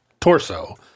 torso